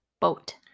Boat